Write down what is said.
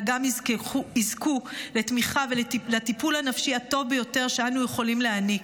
אלא גם יזכו לתמיכה ולטיפול הנפשי הטוב ביותר שאנו יכולים להעניק.